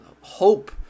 hope